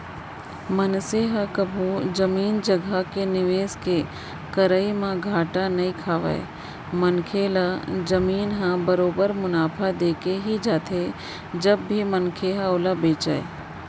मनसे ह कभू जमीन जघा के निवेस के करई म घाटा नइ खावय मनखे ल जमीन ह बरोबर मुनाफा देके ही जाथे जब भी मनखे ह ओला बेंचय